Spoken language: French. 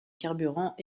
carburant